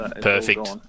Perfect